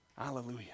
Hallelujah